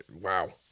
Wow